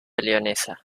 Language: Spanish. leonesa